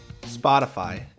Spotify